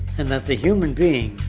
and that the human being,